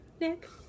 Nick